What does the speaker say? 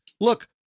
Look